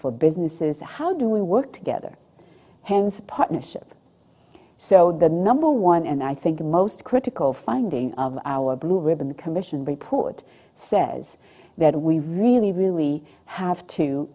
for businesses how do we work together hands partnership so the number one and i think the most critical finding of our blue ribbon commission report says that we really really have to